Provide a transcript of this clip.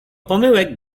pomyłek